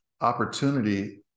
opportunity